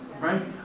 right